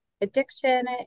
addiction